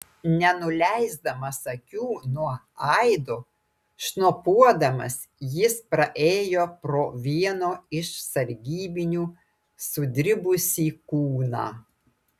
nenuleisdamas akių nuo aido šnopuodamas jis praėjo pro vieno iš sargybinių sudribusį kūną